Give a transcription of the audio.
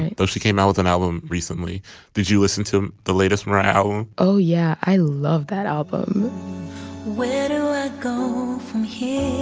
and though she came out with an album recently did you listen to the latest round oh yeah i love that album where do i go from here.